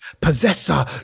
Possessor